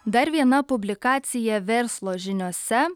dar viena publikacija verslo žiniose